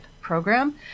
program